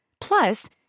Plus